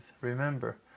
remember